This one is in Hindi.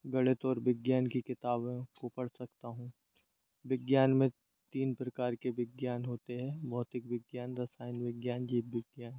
गणित और विज्ञान की किताबों को पढ़ सकता हूँ विज्ञान में तीन प्रकार के विज्ञान होते हैं भौतिक विज्ञान रसायन विज्ञान जीव विज्ञान